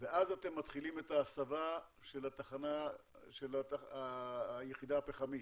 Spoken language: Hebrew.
ואז אתם מתחילים את ההסבה של היחידה הפחמית.